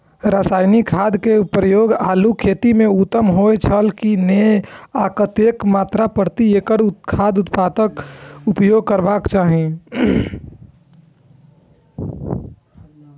रासायनिक खाद के प्रयोग आलू खेती में उत्तम होय छल की नेय आ कतेक मात्रा प्रति एकड़ खादक उपयोग करबाक चाहि?